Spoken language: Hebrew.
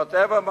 מוזס, מה אתנו?